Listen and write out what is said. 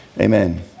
Amen